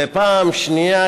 ופעם שנייה,